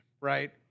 right